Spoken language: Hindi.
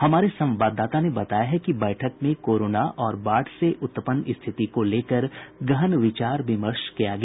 हमारे संवाददाता ने बताया है कि बैठक में कोरोना और बाढ़ से उत्पन्न स्थिति को लेकर गहन विचार विमर्श किया गया